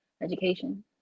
education